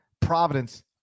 Providence